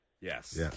Yes